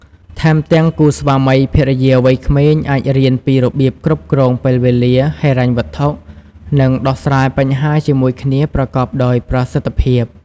ថែមទាំងគូស្វាមីភរិយាវ័យក្មេងអាចរៀនពីរបៀបគ្រប់គ្រងពេលវេលា ហិរញ្ញវត្ថុ និងដោះស្រាយបញ្ហាជាមួយគ្នាប្រកបដោយប្រសិទ្ធភាព។